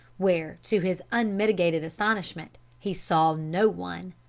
where, to his unmitigated astonishment, he saw no one.